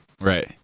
Right